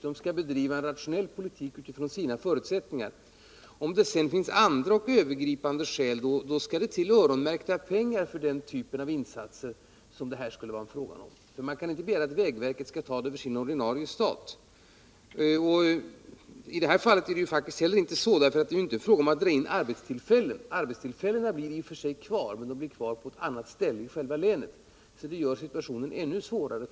Vägverket skall bedriva en rationell politik från sina förutsättningar. Om det sedan finns andra och övergripande skäl skall det till öronmärkta pengar för den typ av insatser som det här skulle vara fråga om. Man kan inte begära att vägverket skall ta sådant över sin ordinarie stat. I det här fallet är det heller inte fråga om att dra in arbetstillfällen. Arbetstillfällena blir i och för sig kvar, men de blir kvar på ett annat ställe i länet. Det gör faktiskt situationen ännu svårare.